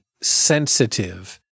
sensitive